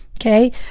okay